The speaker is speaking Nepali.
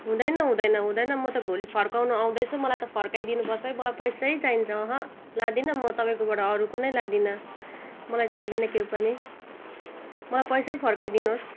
हुँदैन हुँदैन हुँदैन म त भोलि फर्काउनु आउँदैछु मलाई त फर्काई दिनुपर्छ है मलाई पैसा नै चाहिन्छ अहँ म त लादिनँ तपाईँकोबाट अरू कुनै लादिनँ मलाई चाहिँदैन केही पनि मलाई पैसा नै फर्काइदिनुहोस्